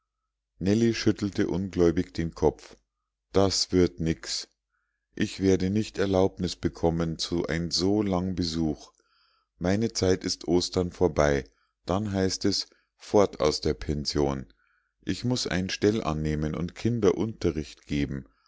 nellie schüttelte ungläubig den kopf das wird nix ich werde nicht erlaubnis bekommen zu ein so lang besuch meine zeit ist ostern vorbei dann heißt es fort aus der pension ich muß ein stell annehmen und kinder unterricht geben